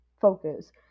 focus